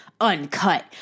uncut